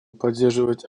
поддерживать